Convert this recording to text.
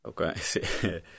Okay